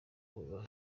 kuva